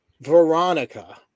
Veronica